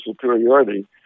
superiority